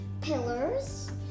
pillars